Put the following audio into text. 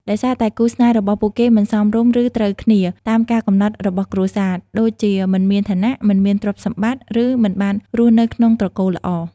ដោយសារតែគូស្នេហ៍របស់ពួកគេមិន សមរម្យ ឬ ត្រូវគ្នា តាមការកំណត់របស់គ្រួសារ ដូចជាមិនមានឋានៈ មិនមានទ្រព្យសម្បត្តិ ឬមិនបានរស់នៅក្នុងត្រកូលល្អ។